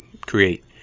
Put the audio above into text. create